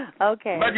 Okay